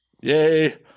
Yay